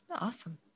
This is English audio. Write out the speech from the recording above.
awesome